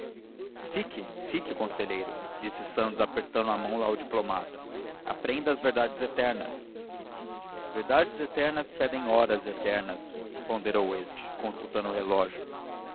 fique fique conselheiro disse santos apertando a mão ao diplomata aprenda as verdades eternas verdades eternas pedem horas eternas ponderou este consultando o relógio